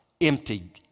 empty